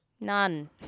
None